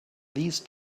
these